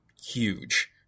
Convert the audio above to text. huge